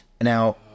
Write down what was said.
now